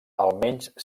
almenys